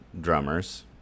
drummers